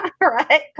right